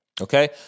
okay